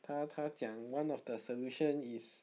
他他讲 one of the solution is